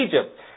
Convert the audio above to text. Egypt